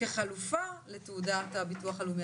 כחלופה לתעודת הביטוח הלאומי.